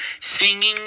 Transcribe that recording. singing